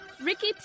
Ricky